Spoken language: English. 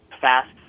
fast